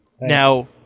Now